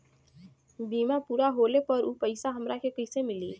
बीमा पूरा होले पर उ पैसा हमरा के कईसे मिली?